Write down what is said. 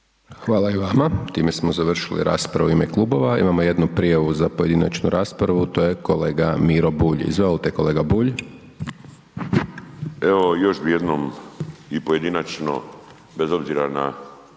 Hvala i vama. Time smo završili raspravu u ime klubova, imamo jednu prijavu za pojedinačnu raspravu, to je kolega Miro Bulj, izvolite kolega Bulj. **Bulj, Miro (MOST)** Evo još bi jednom i pojedinačno bez obzira na